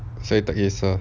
saya tak kesah